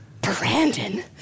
Brandon